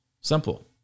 Simple